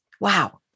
Wow